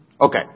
Okay